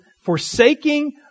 forsaking